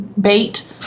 bait